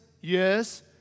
Yes